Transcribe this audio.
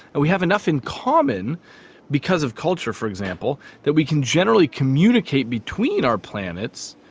and we have enough in common because of culture, for example, that we can generally communicate between our planets,